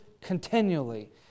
continually